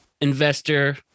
investor